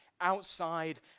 outside